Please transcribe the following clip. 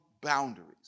boundaries